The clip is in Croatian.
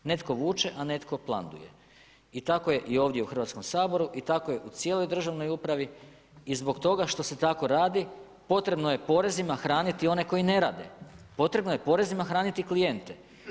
Netko vuče, a netko ... I tako je ovdje u Hrvatskom saboru i tako je u cijeloj državnoj upravi i zbog toga što se tako radi potrebno je porezima hraniti one koji ne radi, potrebno je porezima hraniti klijente.